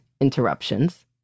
interruptions